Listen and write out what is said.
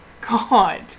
god